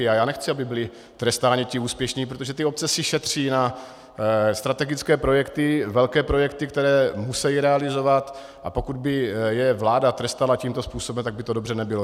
A já nechci, aby byli trestáni ti úspěšní, protože ty obce si šetří na strategické projekty, velké projekty, které musejí realizovat, a pokud by je vláda trestala tímto způsobem, tak by to dobře nebylo.